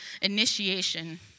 initiation